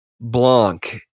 blanc